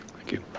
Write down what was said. thank you.